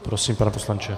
Prosím, pane poslanče.